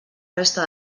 resta